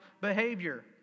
behavior